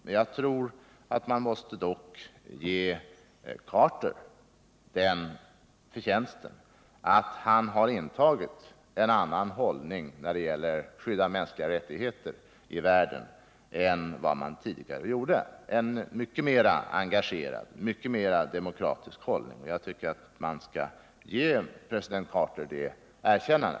Men jag tror dock att man måste ge president Carter förtjänsten av att ha intagit en annan hållning när det gäller skyddet av de mänskliga rättigheterna i världen än man tidigare gjorde. Han har intagit en mycket mera engagerad, mycket mer demokratisk hållning. Jag tycker att man skall ge president Carter det erkännandet.